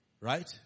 right